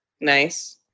Nice